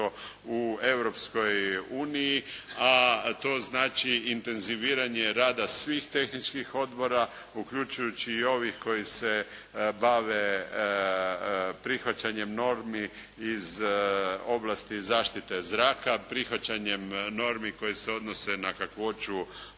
u Europskoj uniji, a to znači intenziviranje rada svih tehničkih odbora uključujući i ovi koji se bave prihvaćanjem normi iz oblasti zaštite zraka, prihvaćanjem normi koje se odnose na kakvoću